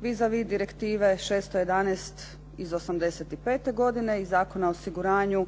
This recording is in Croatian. vis a vis Direktive 611 iz '85. godine i Zakona o osiguranju